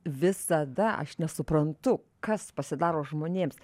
visada aš nesuprantu kas pasidaro žmonėms